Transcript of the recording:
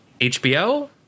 HBO